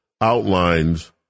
outlines